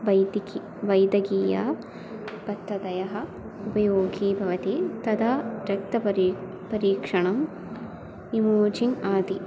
वैदिकं वैद्यकीयाः पद्धतयः उपयोगिन्यः भवनति तदा रक्तपरीक्षणं परीक्षणम् इमोजिङ्ग् आदौ